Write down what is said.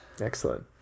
Excellent